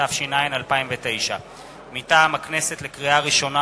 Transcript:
התש"ע 2009. לקריאה ראשונה,